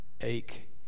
ache